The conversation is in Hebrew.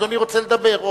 אדוני רוצה לדבר,